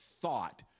thought